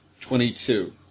twenty-two